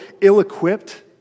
ill-equipped